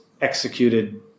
executed